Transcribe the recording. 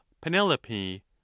penelope